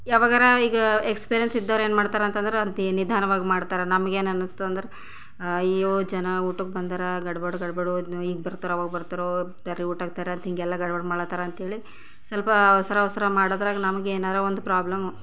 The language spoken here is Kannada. ಯಾವಾಗಾರ ಈಗ ಎಕ್ಸ್ಪೀರಿಯೆನ್ಸ್ ಇದ್ದವ್ರು ಏನು ಮಾಡ್ತಾರೆ ಅಂತ ಅಂದ್ರೆ ನಿಧಾನವಾಗಿ ಮಾಡ್ತಾರ ನಮ್ಗೆ ಏನು ಅನ್ನಿಸ್ತು ಅಂದ್ರೆ ಅಯ್ಯೋ ಜನ ಊಟಕ್ಕೆ ಬಂದಾರ ಗಡ್ಬಡಿ ಗಡ್ಬಡಿ ಈಗ ಬರ್ತಾರೋ ಆವಾಗ ಬರ್ತಾರೋ ಊಟ ಹಾಕ್ತಾರೆ ಹೀಗೆಲ್ಲ ಗಡ್ಬಡಿ ಮಾಡಾತ್ತಾರ ಅಂತ ಹೇಳಿ ಸಲ್ಪ ಅವ್ಸರ ಅವ್ಸರ ಮಾಡಾದ್ರಾಗ ನಮ್ಗೆ ಏನಾರ ಒಂದು ಪ್ರೊಬ್ಲೆಮ್